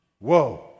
Whoa